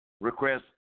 request